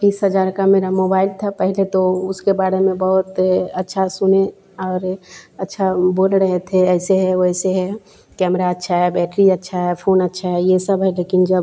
तीस हज़ार का मेरा मोबाइल था पहले तो उसके बारे में बहुत अच्छा सुने और अच्छा बोल रहे थे ऐसे है वैसे है कैमरा अच्छा है बैटरी अच्छी है फोन अच्छा है ये सब है लेकिन जब